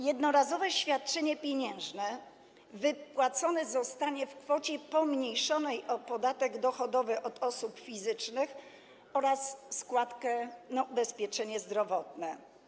Jednorazowe świadczenie pieniężne wypłacone zostanie w kwocie pomniejszonej o podatek dochodowy od osób fizycznych oraz składkę na ubezpieczenie zdrowotne.